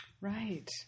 Right